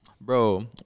Bro